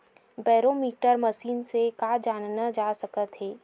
Barometer machine से का जाना जा सकत हे?